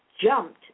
jumped